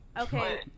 Okay